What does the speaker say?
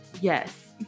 Yes